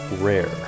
Rare